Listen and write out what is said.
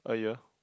a year